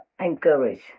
encourage